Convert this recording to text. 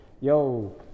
Yo